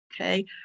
okay